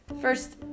first